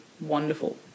wonderful